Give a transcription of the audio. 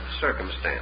circumstance